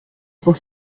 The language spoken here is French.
pour